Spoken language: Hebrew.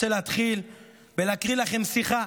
אני רוצה להתחיל בלהקריא לכם שיחה,